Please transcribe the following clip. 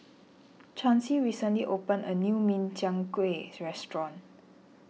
Chancy recently opened a new Min Chiang Kueh restaurant